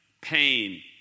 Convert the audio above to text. pain